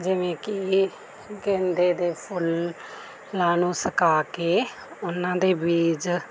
ਜਿਵੇਂ ਕਿ ਗੇਂਦੇ ਦੇ ਫੁੱਲ ਫੁੱਲਾਂ ਨੂੰ ਸੁਕਾ ਕੇ ਉਹਨਾਂ ਦੇ ਬੀਜ